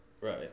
Right